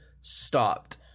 stopped